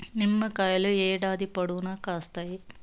నిమ్మకాయలు ఏడాది పొడవునా కాస్తాయి